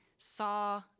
Saw